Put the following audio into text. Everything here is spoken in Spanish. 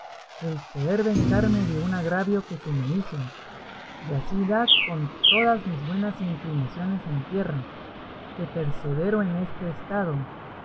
el querer vengarme de un agravio que se me hizo así da con todas mis buenas inclinaciones en tierra que persevero en este estado